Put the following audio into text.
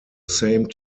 same